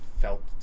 felt